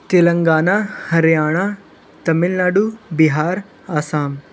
Telangana Haryana Tamil Nadu Bihar Assam